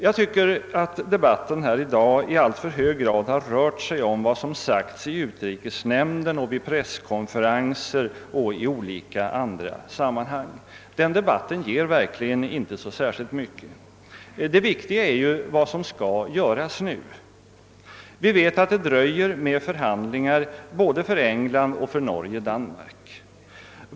Jag tycker att debatten här i dag i alltför hög grad rört sig om vad som har sagts i utrikesnämnden, på presskonferenser och i olika andra sammanhang. Den debatten ger inte så särskilt mycket. Det viktiga är vad som nu skall göras. Vi vet att det dröjer med förhandlingar såväl för England som Norge och Danmark.